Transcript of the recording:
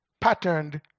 patterned